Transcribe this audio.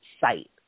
site